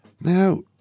Now